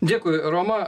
dėkui roma